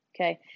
Okay